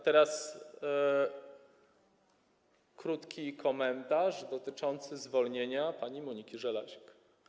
Teraz krótki komentarz dotyczący zwolnienia pani Moniki Żelazik.